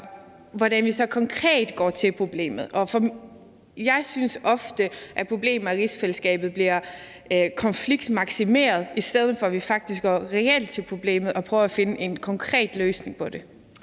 hvordan vi så konkret går til problemet. Og jeg synes ofte, at problemer i rigsfællesskabet bliver konfliktmaksimeret, i stedet for at vi faktisk går reelt til problemet og prøver at finde en konkret løsning på det.